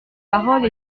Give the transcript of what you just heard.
parole